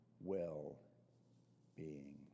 well-being